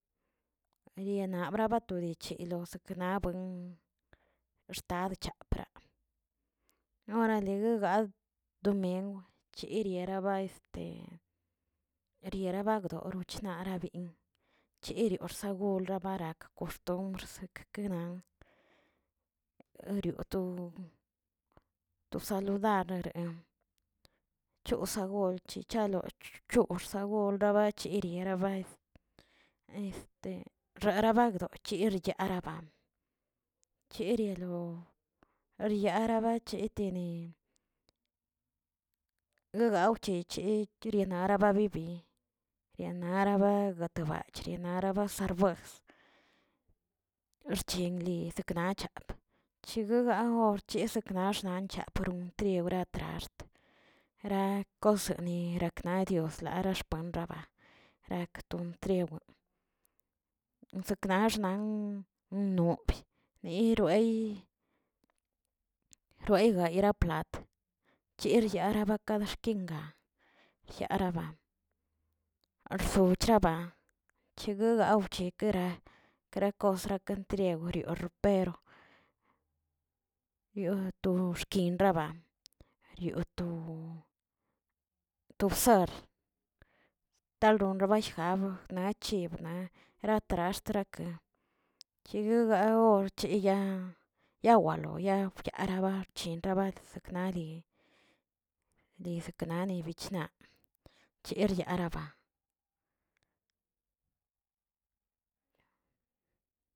Rienabrabato richelosk sekna buen xtad chapra, orale guegad domingw chiriera ba este rierabagdo wchienarbin, chirioꞌ sragur garabin xchirio sragur garabak koxtombr sek kena, erio to- to saludare chosagul chechal chchosagol xabasieli xaba rarabakdoꞌ chi ryaraba, chirialo riarabacheti gawche chi kirianara babibi yennaraba de bachrina barsejuas xchengli saknaꞌchap, chigagocheg seknaxna charapontre noratraxt rakoseni rerakna diosna xaxpanraba, rakton triw, saknax xna wonobi niroey roeygayla plat cherchierabak baxkinga, yaaraba arsochabra chegue gaoche gra- grakos granteriarwe ropero, wioꞌ to xki raba rio to- to brsar taylonlo bayjaa naꞌ chib'na ra traxtaraka cheguegao che ya yawalo yaa araba chinraba xknali, ni seknalo bich naꞌ cherriaraba.